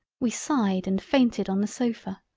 we sighed and fainted on the sofa.